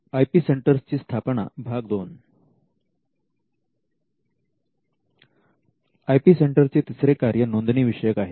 I P centre चे तिसरे कार्य नोंदणी विषयक आहे